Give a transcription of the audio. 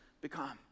become